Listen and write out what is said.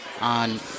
on